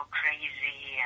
crazy